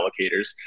allocators